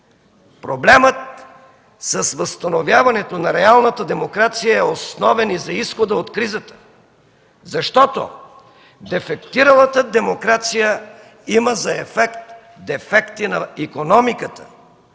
Проблемът с възстановяването на реалната демокрация е основен и за изхода от кризата. Защото дефектиралата демокрация има за ефект дефекти на икономиката.